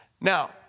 Now